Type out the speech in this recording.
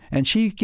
and she, you